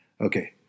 Okay